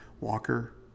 Walker